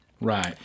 Right